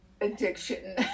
addiction